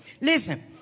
listen